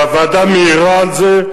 והוועדה מעירה על זה.